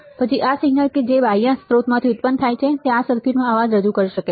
પછી આ સિગ્નલ જે આ બાહ્ય સ્ત્રોતમાંથી ઉત્પન્ન થાય છે તે આ સર્કિટમાં અવાજ રજૂ કરી શકે છે